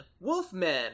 Wolfman